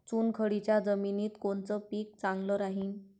चुनखडीच्या जमिनीत कोनचं पीक चांगलं राहीन?